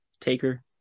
Taker